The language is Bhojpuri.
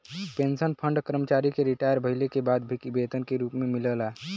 पेंशन फंड कर्मचारी के रिटायर भइले के बाद भी वेतन के रूप में मिलला